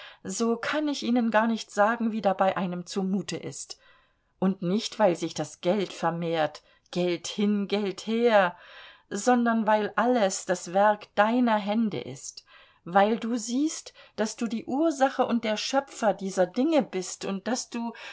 so kann ich ihnen gar nicht sagen wie dabei einem zumute ist und nicht weil sich das geld vermehrt geld hin geld her sondern weil alles das werk deiner hände ist weil du siehst daß du die ursache und der schöpfer dieser dinge bist und daß du